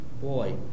Boy